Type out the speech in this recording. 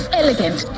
elegant